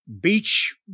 Beach